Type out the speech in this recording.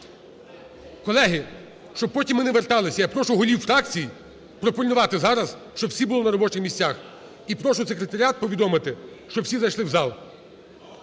Колеги, щоб потім ми не вертались, я прошу голів фракцій пропильнувати зараз, щоб всі були на робочих місцях. І прошу секретаріат повідомити, щоб всі зайшли в зал.